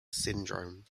syndrome